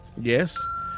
Yes